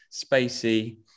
spacey